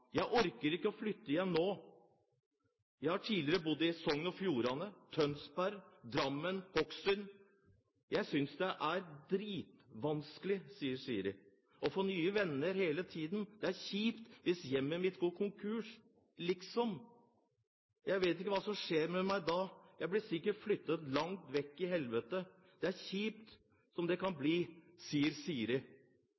Jeg har et sitat fra Siri, som er barnevernsbarn: «Jeg orker ikke å flytte igjen nå. Jeg har tidligere bodd i Sogn og Fjordane, Tønsberg, Drammen og Hokksund. Jeg synes det er dritvanskelig å få nye venner hele tiden. Det er kjipt hvis hjemmet mitt går konkurs, liksom! Jeg vet ikke hva som skjer med meg da, jeg blir sikkert flytta langt vekk i helvete. Det er så kjipt som det kan